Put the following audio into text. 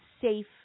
safe